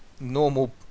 normal